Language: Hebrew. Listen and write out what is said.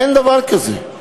אין דבר כזה.